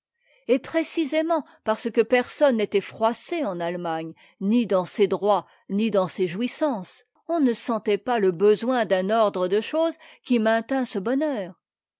et précisément parce que personne n'était froissé en allemagne ni dans ses droits ni dans ses jouissances on ne sentait pas le besoin d'un ordre de choses qui maintînt ce bonheur